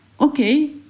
okay